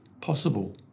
possible